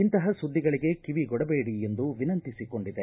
ಇಂತಹ ಸುದ್ದಿಗಳಿಗೆ ಕಿವಿಗೂಡಬೇಡಿ ಎಂದು ವಿನಂತಿಸಿಕೊಂಡಿದೆ